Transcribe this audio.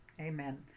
Amen